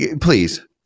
please